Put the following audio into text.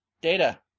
Data